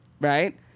right